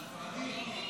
על הספרדים.